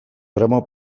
gramo